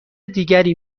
دیگری